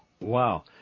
Wow